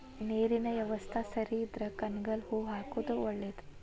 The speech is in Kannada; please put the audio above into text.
ನೇರಿನ ಯವಸ್ತಾ ಸರಿ ಇದ್ರ ಕನಗಲ ಹೂ ಹಾಕುದ ಒಳೇದ